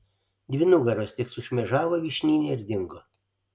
dvi nugaros tik sušmėžavo vyšnyne ir dingo